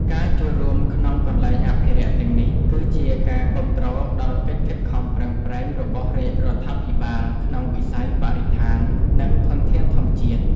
ការចូលរួមក្នុងកន្លែងអភិរក្សទាំងនេះ គឺជាការគាំទ្រដល់កិច្ចខិតខំប្រឹងប្រែងរបស់រាជរដ្ឋាភិបាលក្នុងវិស័យបរិស្ថាន និងធនធានធម្មជាតិ។